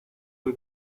muy